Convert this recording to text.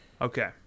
Okay